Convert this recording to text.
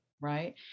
Right